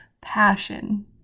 passion